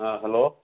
ꯑꯥ hello